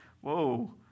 whoa